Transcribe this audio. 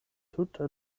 tuta